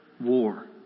war